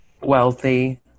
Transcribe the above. Wealthy